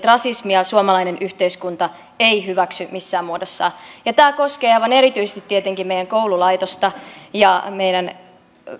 rasismia suomalainen yhteiskunta ei hyväksy missään muodossa ja tämä koskee aivan erityisesti tietenkin meidän koululaitostamme ja meidän